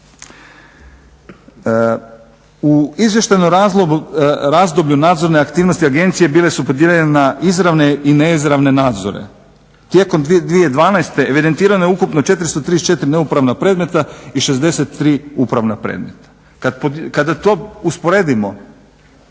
U izvještajnom razdoblju nadzorne aktivnosti agencije bile su podijeljene na izravne i neizravne nadzore. Tijekom 2012. evidentirano je ukupno 434 neupravna predmeta i 63 upravna predmeta. Kada to usporedimo